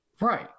Right